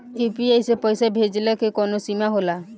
UPI से पईसा भेजल के कौनो सीमा होला?